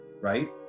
right